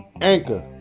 Anchor